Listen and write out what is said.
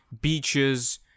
beaches